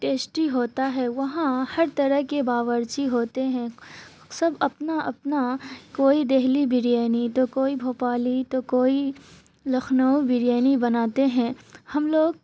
tasty ہوتا ہے وہاں ہر طرح کے باورچی ہوتے ہیں سب اپنا اپنا کوئی دہلی بریانی تو کوئی بھوپالی تو کوئی لکھنؤ بریانی بناتے ہیں ہم لوگ